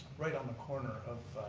right on the corner of